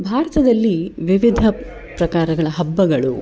ಭಾರತದಲ್ಲಿ ವಿವಿಧ ಪ್ರಕಾರಗಳ ಹಬ್ಬಗಳು